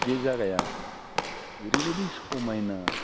बे जायगाया ओरैबायदि समायना